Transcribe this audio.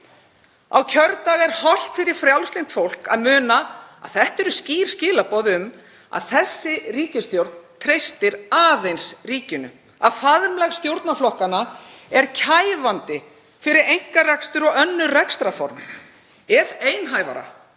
Á kjördag er hollt fyrir frjálslynt fólk að muna að þetta eru skýr skilaboð um að þessi ríkisstjórn treystir aðeins ríkinu, að faðmlag stjórnarflokkanna er kæfandi fyrir einkarekstur og önnur rekstarform. Ef einhæfara,